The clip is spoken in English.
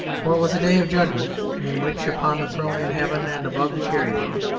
for it was a day of judgment in which upon the throne in heaven and above the cherubim,